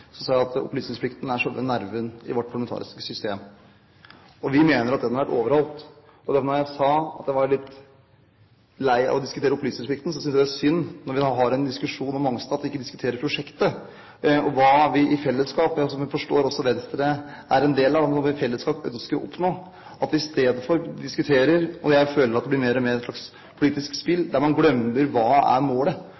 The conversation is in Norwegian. vårt parlamentariske system. Vi mener at den har vært overholdt. Når jeg sa at jeg var litt lei av å diskutere opplysingsplikten, var det fordi jeg synes det er synd at vi, når vi har en diskusjon om Mongstad, ikke diskuterer prosjektet og hva vi i fellesskap – som jeg forstår også Venstre er en del av – ønsker å oppnå, at vi isteden diskuterer målet. Jeg føler at dette blir mer og mer et slags politisk spill,